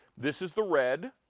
this is the red.